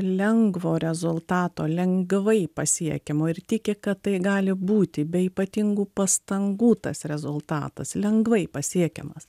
lengvo rezultato lengvai pasiekiamo ir tiki kad tai gali būti be ypatingų pastangų tas rezultatas lengvai pasiekiamas